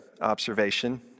observation